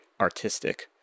artistic